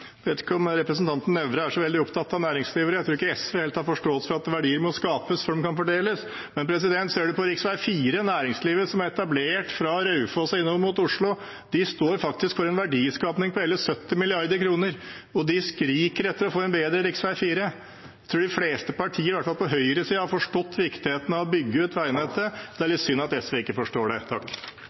om representanten Nævra er så veldig opptatt av næringslivet; jeg tror ikke SV helt har forståelse for at verdier må skapes før de kan fordeles – ser man på rv. 4 og næringslivet som er etablert fra Raufoss og innover mot Oslo, står det faktisk for en verdiskaping på hele 70 mrd. kr. Og de skriker etter å få en bedre rv. 4. Jeg tror de fleste partier, i hvert fall på høyresiden, har forstått viktigheten av å bygge ut veinettet. Det er litt synd at SV ikke forstår det.